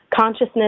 consciousness